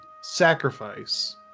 sacrifice